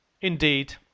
Indeed